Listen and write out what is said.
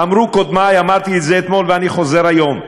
אמרו קודמי, אמרתי את זה אתמול ואני חוזר היום: